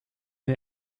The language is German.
der